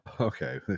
Okay